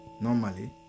normally